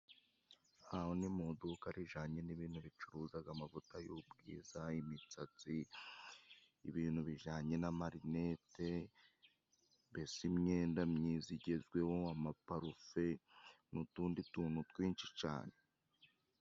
Aha ho ni mu duka rijanye n'ibintu bicuruzaga amavuta y'ubwiza, imisatsi, ibintu bijanye n'amarinete, mbese imyenda myiza igezweho, amaparufe n'utundi tuntu twinshi cane.